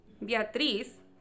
Beatriz